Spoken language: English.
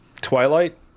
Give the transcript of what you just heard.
Twilight